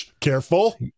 Careful